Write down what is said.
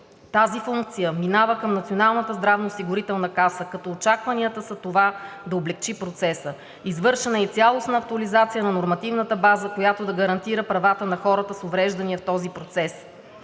здравноосигурителна каса, като очакванията са това да облекчи процеса. Извършена е и цялостна актуализация на нормативната база, която да гарантира правата на хората с увреждания в този процес.